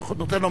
ואדוני,